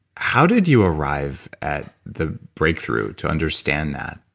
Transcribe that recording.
how did you arrive at the breakthrough to understand that?